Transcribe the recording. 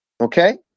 Okay